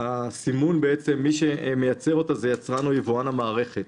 הסימון, מי שמייצר אותו הוא יצרן או יבואן המערכת.